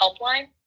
helpline